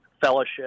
fellowship